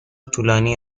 طولانی